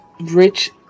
rich